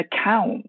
account